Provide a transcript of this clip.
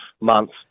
months